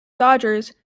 dodgers